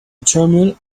terminal